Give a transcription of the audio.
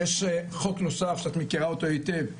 יש חוק נוסף שאת מכירה אותו היטב,